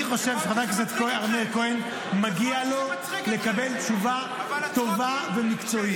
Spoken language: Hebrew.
אני חושב שלחבר הכנסת מאיר כהן מגיע לקבל תשובה טובה ומקצועית.